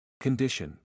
Condition